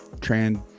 trans